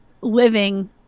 living